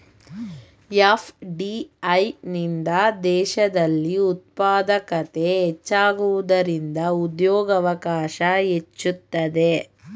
FDI ನಿಂದ ದೇಶದಲ್ಲಿ ಉತ್ಪಾದಕತೆ ಹೆಚ್ಚಾಗುವುದರಿಂದ ಉದ್ಯೋಗವಕಾಶ ಹೆಚ್ಚುತ್ತದೆ